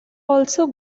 also